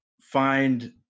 find